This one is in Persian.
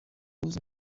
روز